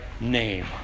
name